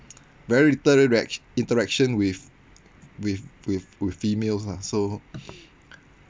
very little reacti~ interaction with with with with females lah so